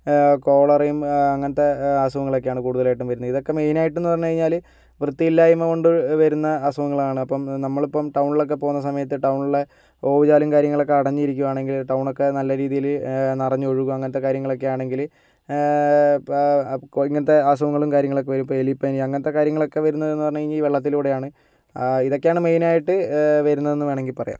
കോളറയും അങ്ങനത്തെ അസുഖങ്ങളോക്കെയാണ് കൂടുതലായിട്ടും വരുന്നത് ഇതൊക്കെ മെയിനായിട്ടെന്ന് പറഞ്ഞ്കഴിഞ്ഞാല് വൃത്തിയില്ലായ്മ കൊണ്ട് വരുന്ന അസുഖങ്ങളാണ് അപ്പം നമ്മളിപ്പം ടൗണിലൊക്ക പോവുന്ന സമയത്ത് ടൗണിലെ ഓവുചാലും കാര്യങ്ങളൊക്കെ അടഞ്ഞിരിക്കുവാണെങ്കിൽ ടൗണൊക്കെ നല്ല രീതീല് നിറഞ്ഞൊഴുകും അങ്ങനൊത്ത കാര്യങ്ങളൊക്ക ആണെങ്കില് ഇപ്പം ഇങ്ങനത്തെ അസുഖങ്ങളും കാര്യങ്ങളൊക്കെ വരും ഇപ്പം എലിപ്പനി കാര്യങ്ങളൊക്കെ വരുന്നതെന്ന് പറഞ്ഞ്കഴിഞ്ഞാൽ ഈ വെള്ളത്തിലൂടെയാണ് ഇതൊക്കെയാണ് മെയിനായിട്ട് വരുന്നതെന്ന് വേണമെങ്കിൽ പറയാം